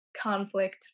conflict